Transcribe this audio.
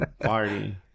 party